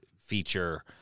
feature